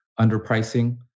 underpricing